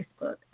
Facebook